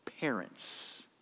parents